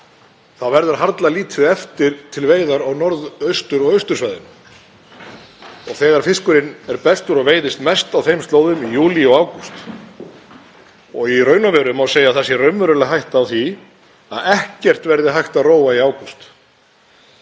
verður harla lítið eftir til veiða á norðaustur- og austursvæðinu þegar fiskurinn er bestur og veiðist mest á þeim slóðum, í júlí og ágúst. Í raun og veru má segja að raunveruleg hætta sé á því að ekkert verði hægt að róa í ágúst.